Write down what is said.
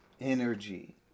energy